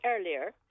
earlier